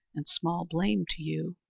and small blame to you.